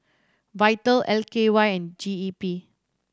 Vital L K Y and G E P